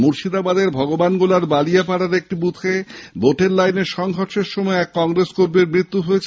মুর্শিদাবাদের ভগবানগোলার বালিয়াপাড়ায় ভোটের লাইনে সংঘর্ষের সময় এক কংগ্রেস কর্মীর মৃত্যু হয়